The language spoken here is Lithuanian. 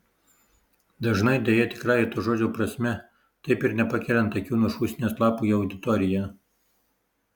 dažnai deja tikrąja to žodžio prasme taip ir nepakeliant akių nuo šūsnies lapų į auditoriją